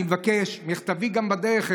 אני מבקש, מכתבי גם בדרך אליכם,